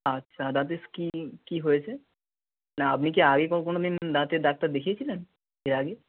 আচ্ছা দাঁতে কী কী হয়েছে না আপনি কি আগে কোনোদিন দাঁতের ডাক্তার দেখিয়েছিলেন এর আগে